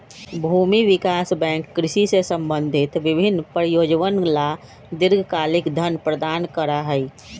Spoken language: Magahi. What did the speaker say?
भूमि विकास बैंक कृषि से संबंधित विभिन्न परियोजनअवन ला दीर्घकालिक धन प्रदान करा हई